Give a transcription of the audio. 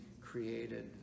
created